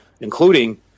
including